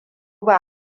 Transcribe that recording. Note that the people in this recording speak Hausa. ba